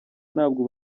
ntabwo